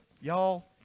y'all